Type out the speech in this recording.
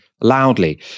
loudly